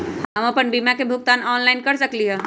हम अपन बीमा के भुगतान ऑनलाइन कर सकली ह?